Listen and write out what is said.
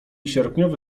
sierpniowy